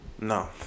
no